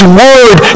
word